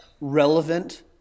relevant